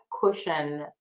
cushion